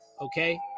Okay